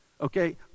okay